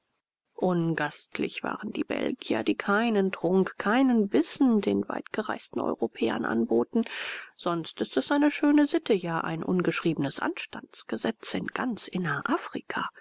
ungastlich waren die belgier die keinen trunk keinen bissen den weitgereisten europäern anboten sonst ist es eine schöne sitte ja ein ungeschriebenes anstandsgesetz in ganz